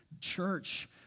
church